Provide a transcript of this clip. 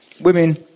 Women